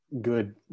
good